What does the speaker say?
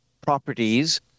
properties